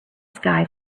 sky